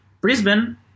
Brisbane